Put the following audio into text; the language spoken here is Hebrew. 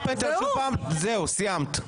זהו, סיימת.